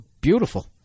beautiful